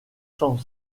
cent